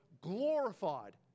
glorified